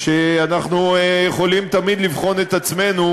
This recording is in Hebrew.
שאנחנו יכולים תמיד לבחון את עצמנו